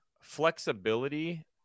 flexibility